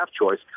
choice